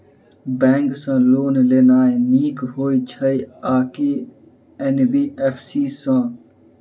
Bank सँ loan लेनाय नीक होइ छै आ की एन.बी.एफ.सी सँ?